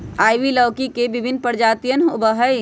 ivy लौकी के विभिन्न प्रजातियन होबा हई